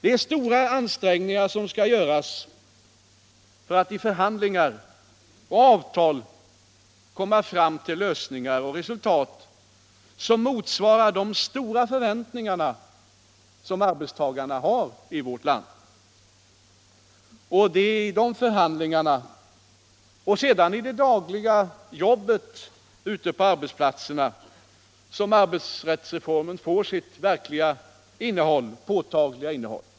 Det är stora ansträngningar som skall göras för att i förhandlingar och avtal komma fram till lösningar och resultat som motsvarar de högt ställda förväntningar arbetstagarna har. Det är i de förhandlingarna och sedan i det dagliga jobbet ute på arbetsplatserna som arbetsrättsreformen får sitt påtagliga innehåll.